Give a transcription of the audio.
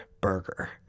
burger